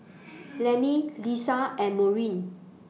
Laney Liza and Maureen